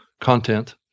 content